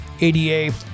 ADA